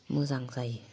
मोजां जायो